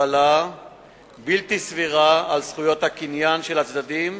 הגבלה בלתי סבירה על זכויות הקניין של הצדדים